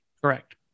Correct